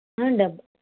డబ్బు